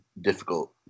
difficult